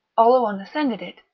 oleron ascended it,